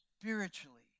spiritually